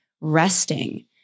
resting